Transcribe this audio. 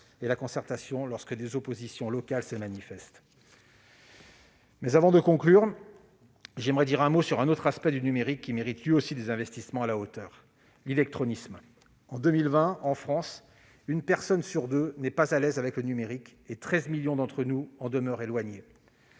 et la concertation lorsque des oppositions locales se manifestent. Avant de conclure, j'évoquerai un autre aspect du numérique qui mérite, lui aussi, des investissements à la hauteur : l'illectronisme. En 2020, en France, une personne sur deux n'est pas à l'aise avec le numérique et 13 millions d'entre nous en demeurent éloignés.